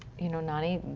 you know, nani,